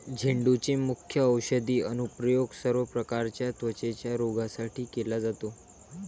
झेंडूचे मुख्य औषधी अनुप्रयोग सर्व प्रकारच्या त्वचेच्या रोगांसाठी केला जातो